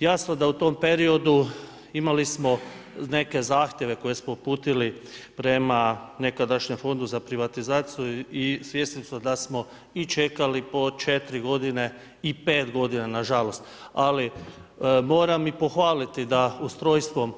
Jasno da u tom periodu, imali smo neke zahtjeve koje smo uputili prema nekadašnjem fondu za privatizaciju i svjesni smo da smo čekali po 4 g. i 5 g. nažalost, ali moram i pohvaliti, da ustrojstvom